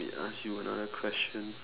may ask you another question